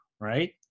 right